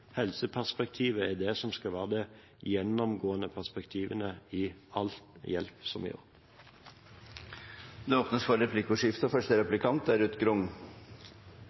helseperspektivet er det som skal være det gjennomgående perspektivet i all hjelp som vi gir. Det blir replikkordskifte. Først: Det er